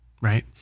right